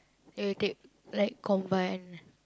then you take like combined